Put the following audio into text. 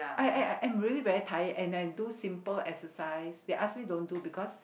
I I I'm really very tired and I do simple exercise they ask me don't do because